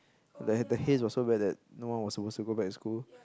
like the haze was so bad that no one was suppose to go back to school